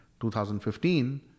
2015